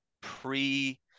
pre